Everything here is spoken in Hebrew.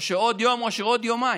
עוד יום או עוד יומיים.